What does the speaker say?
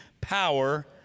Power